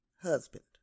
husband